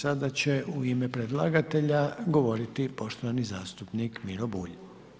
Sada će u ime predlagatelja govoriti poštovani zastupnik Miro Bulj.